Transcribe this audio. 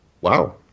Wow